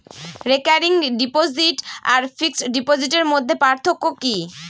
Recurring deposit আর fixed ডিপোজিটের মধ্যে পার্থক্য কি?